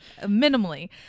minimally